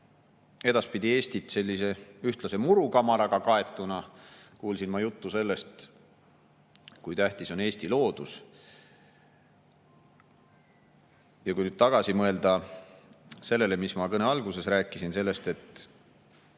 edaspidi Eestit sellise ühtlase murukamaraga kaetuna, kuulsin ma juttu sellest, kui tähtis on Eesti loodus. Kui nüüd tagasi mõelda sellele, mis ma kõne alguses rääkisin, et